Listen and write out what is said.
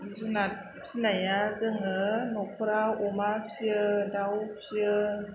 जुनाद फिनाया जोङो नखराव अमा फियो दाउ फियो